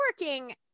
working